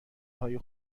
های